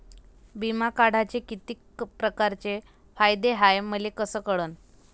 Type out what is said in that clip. बिमा काढाचे कितीक परकारचे फायदे हाय मले कस कळन?